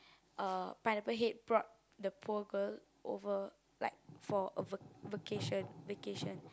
uh Pineapple Head brought the poor girl over like for a va~ vacation vacation